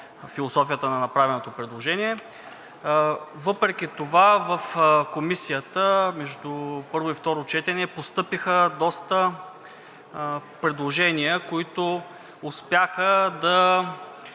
философията на направеното предложение. Въпреки това в Комисията между първо и второ четене постъпиха доста предложения, които успяха